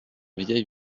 vieille